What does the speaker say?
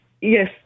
yes